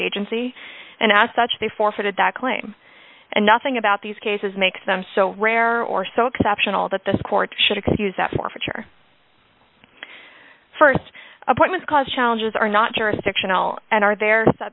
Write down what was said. agency and as such they forfeited that claim and nothing about these cases makes them so rare or so exceptional that this court should excuse that forfeiture first appointment cause challenges are not jurisdictional and are there